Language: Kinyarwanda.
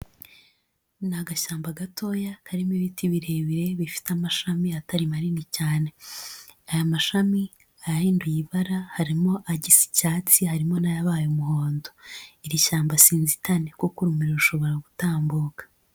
Ni agashyamba gatoya karimo ibiti birebire bifite amashami atari manini cyane, aya mashami ayahinduye ibara harimo agisa icyatsi harimo n'ayabaye umuhondo, iri shyamba si inzitane kuko urumuri rushobora gutambuka.